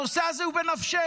הנושא הזה הוא בנפשנו.